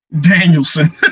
Danielson